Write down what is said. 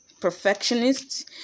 perfectionists